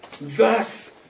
Thus